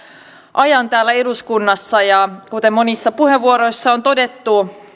ajan täällä eduskunnassa ja kuten monissa puheenvuoroissa on todettu